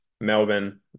Melbourne